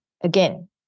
Again